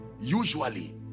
usually